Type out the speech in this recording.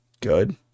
good